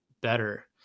better